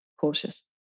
cautious